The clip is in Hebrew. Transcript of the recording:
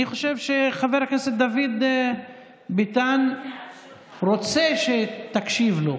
אני חושב שחבר הכנסת דוד ביטן רוצה שתקשיב לו.